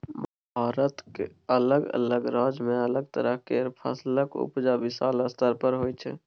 भारतक अलग अलग राज्य में अलग तरह केर फसलक उपजा विशाल स्तर पर होइ छै